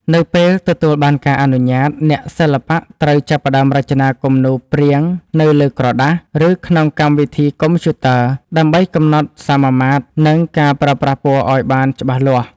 នៅពេលទទួលបានការអនុញ្ញាត អ្នកសិល្បៈត្រូវចាប់ផ្ដើមរចនាគំនូរព្រាងនៅលើក្រដាស ឬក្នុងកម្មវិធីកុំព្យូទ័រ ដើម្បីកំណត់សមាមាត្រ និងការប្រើប្រាស់ពណ៌ឱ្យបានច្បាស់លាស់។